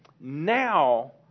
now